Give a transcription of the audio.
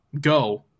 go